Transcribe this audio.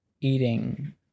eating